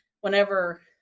whenever